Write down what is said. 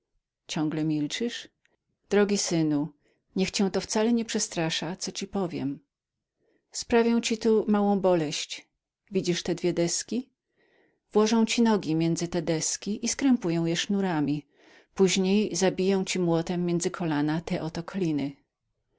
ciągle milczysz drogi synu niech cię to wcale nie przestrasza co ci powiem sprawią ci tu małą boleść widzisz te dwie deski włożą ci nogi między te deski i skrępują je sznurami później zabiją ci młotem między kolana te oto kliny